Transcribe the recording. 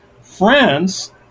France